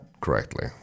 correctly